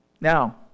Now